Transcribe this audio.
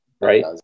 Right